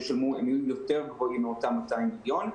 יהיו יותר גבוהים מאותם 200 מיליון.